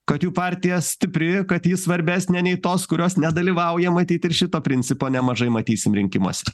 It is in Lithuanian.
kad jų partija stipri kad ji svarbesnė nei tos kurios nedalyvauja matyt ir šito principo nemažai matysim rinkimuos